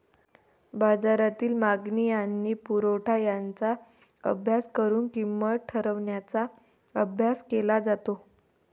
बाजारातील मागणी आणि पुरवठा यांचा अभ्यास करून किंमत ठरवण्याचा अभ्यास केला जातो